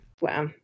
Wow